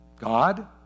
God